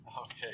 Okay